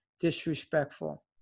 disrespectful